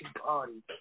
party